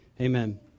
Amen